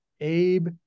Abe